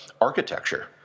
architecture